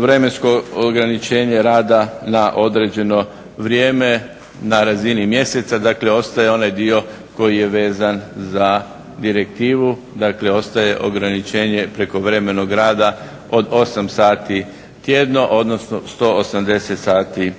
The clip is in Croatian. vremensko ograničenje rada na određeno vrijeme na razini mjeseca, dakle ostaje onaj dio koji je vezan za direktivu, dakle ostaje ograničenje prekovremenog rada od 8 sati tjedno odnosno 180 sati